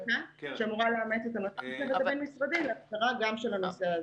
ממשלה שאמורה לאמץ את המלצות הצוות הבין-משרדי להכרה גם בנושא הזה.